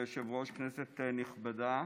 כנסת נכבדה,